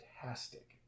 fantastic